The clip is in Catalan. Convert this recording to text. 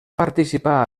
participà